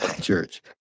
church